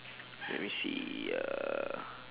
let me see uh